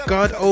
God